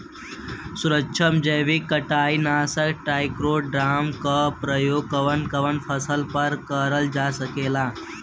सुक्ष्म जैविक कीट नाशक ट्राइकोडर्मा क प्रयोग कवन कवन फसल पर करल जा सकेला?